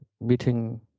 meeting